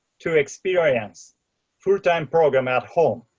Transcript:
to experience full time program at home.